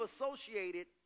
associated